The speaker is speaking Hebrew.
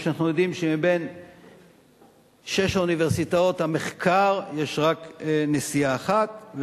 אנחנו יודעים שבשש אוניברסיטאות המחקר יש רק נשיאה אחת,